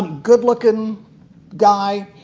good-looking guy